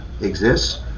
exists